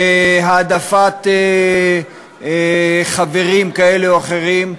להעדפת חברים כאלה או אחרים,